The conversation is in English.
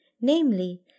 Namely